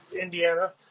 Indiana